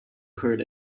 heard